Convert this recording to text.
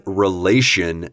relation